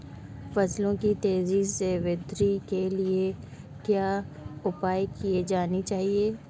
फसलों की तेज़ी से वृद्धि के लिए क्या उपाय किए जाने चाहिए?